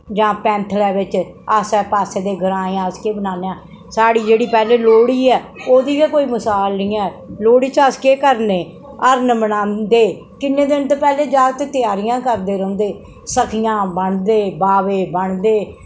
जां पैंथलै बिच आसै पास्सै दे ग्राएं अस केह् बनान्ने आं साढ़ी जेह्ड़ी पैह्ली लोह्ड़ी ऐ ओह्दी गै कोई मसाल निं ऐ लोह्ड़ी च अस केह् करने हर्न बनांदे किन्ने दिन ते पैह्लें जागत त्यारियां करदे रौंह्दे सखियां बनदे बावे बनदे